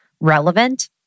relevant